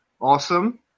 awesome